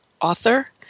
author